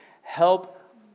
Help